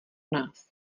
nás